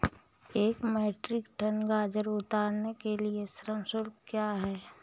एक metric ton गाजर उतारने के लिए श्रम शुल्क क्या है?